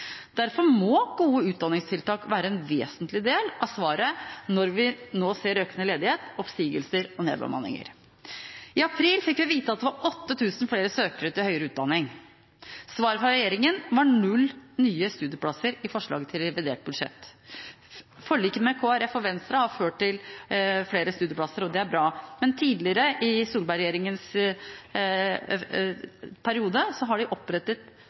Derfor må gode utdanningstiltak være en vesentlig del av svaret når vi nå ser økende ledighet, oppsigelser og nedbemanninger. I april fikk vi vite at det var 8 000 flere søkere til høyere utdanning. Svaret fra regjeringen var null nye studieplasser i forslaget til revidert budsjett. Forliket med Kristelig Folkeparti og Venstre har ført til flere studieplasser, og det er bra, men tidligere i Solberg-regjeringens periode har de opprettet